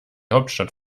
hauptstadt